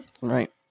Right